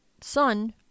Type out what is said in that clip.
sun